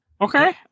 Okay